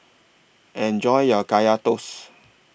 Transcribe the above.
Enjoy your Kaya Toast